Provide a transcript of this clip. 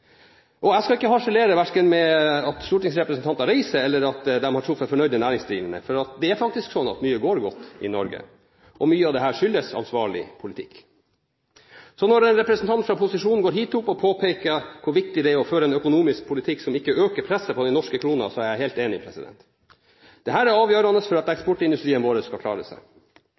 butikken. Jeg skal ikke harselere verken over at stortingsrepresentanter reiser, eller over at de har truffet fornøyde næringsdrivende. Det er faktisk slik at mye går godt i Norge, og mye av dette skyldes ansvarlig politikk. Når en representant fra posisjonen går opp hit og påpeker hvor viktig det er å føre en økonomisk politikk som ikke øker presset på den norske kronen, er jeg helt enig. Dette er avgjørende for at eksportindustrien vår skal klare seg.